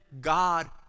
God